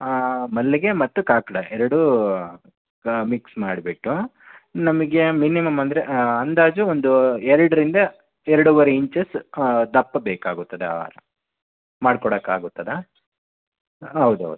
ಹಾಂ ಮಲ್ಲಿಗೆ ಮತ್ತು ಕಾಕಡ ಎರಡು ಮಿಕ್ಸ್ ಮಾಡಿಬಿಟ್ಟು ನಮಗೆ ಮಿನಿಮಮ್ ಅಂದರೆ ಅಂದಾಜು ಒಂದು ಎರಡರಿಂದ ಎರಡೂವರೆ ಇಂಚಸ್ ದಪ್ಪ ಬೇಕಾಗುತ್ತದೆ ಹಾರ ಮಾಡ್ಕೊಡಕ್ಕಾಗುತ್ತದಾ ಹೌದೌದು